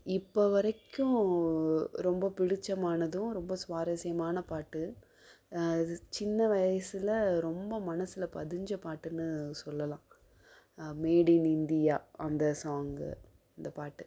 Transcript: இப்போ வரைக்கும் ரொம்ப பிடிச்சமானதும் ரொம்ப சுவாரஸ்யமான பாட்டு அது சின்ன வயிசில் ரொம்ப மனசில் பதிஞ்ச பாட்டுன்னு சொல்லலாம் மேட் இன் இந்தியா அந்த சாங்கு அந்த பாட்டு